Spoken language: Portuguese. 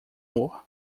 amor